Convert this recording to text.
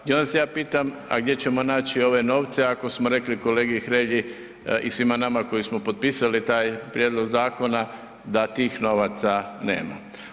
I onda se ja pitam, a gdje ćemo naći ove novce ako smo rekli kolegi Hrelji i svima nama koji smo potpisali taj prijedlog zakona da tih novaca nema.